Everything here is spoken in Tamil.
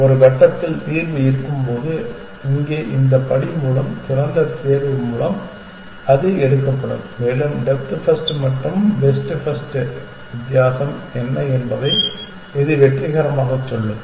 ஒரு கட்டத்தில் தீர்வு இருக்கும்போது இங்கே இந்த படி மூலம் திறந்த தேர்வு மூலம் அது எடுக்கப்படும் மேலும் டெப்த் ஃபர்ஸ்ட் மற்றும் பெஸ்ட் ஃபர்ஸ்ட் வித்தியாசம் என்ன என்பதை இது வெற்றிகரமாகச் சொல்லும்